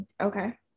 okay